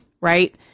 right